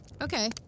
Okay